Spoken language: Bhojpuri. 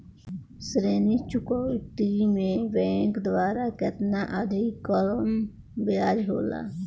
ऋण चुकौती में बैंक द्वारा केतना अधीक्तम ब्याज होला?